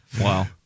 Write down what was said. Wow